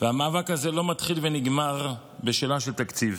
והמאבק הזה לא מתחיל ונגמר בשאלה של תקציב.